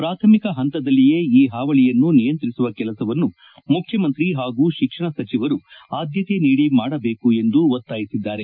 ಪ್ರಾಥಮಿಕ ಪಂತದಲ್ಲಿಯೇ ಈ ಪಾವಳಿಯನ್ನು ನಿಯಂತ್ರಿಸುವ ಕೆಲಸವನ್ನು ಮುಖ್ಯಮಂತ್ರಿ ಹಾಗೂ ಶಿಕ್ಷಣ ಸಚಿವರು ಆದ್ಬತೆ ನೀಡಿ ಮಾಡಬೇಕು ಎಂದು ಒತ್ತಾಯಿಸಿದ್ದಾರೆ